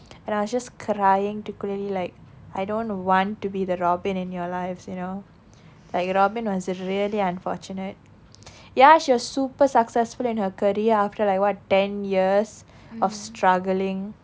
and I was just crying to kuyli like I don't want to be the robin in your life you know like robin was really unfortunate ya she was super successful in her career after like what ten years of struggling